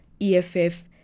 EFF